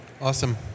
Awesome